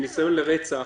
של ניסיון לרצח,